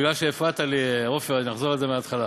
מכיוון שהפרעת לי, עפר, אני אחזור על זה מההתחלה.